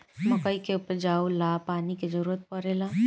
मकई के उपजाव ला पानी के जरूरत परेला का?